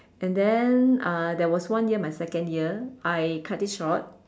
and then uh there was one year my second year I cut it short